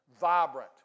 vibrant